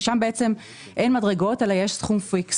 ששם בעצם אין מדרגות אלא יש סכום פיקס.